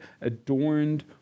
adorned